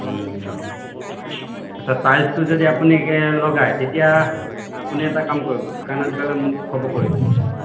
আচ্ছা টাইলছটো যদি আপুনি কে লগায় তেতিয়া আপুনি এটা কাম কৰিব দোকানত গ'লে মোক খবৰ কৰিব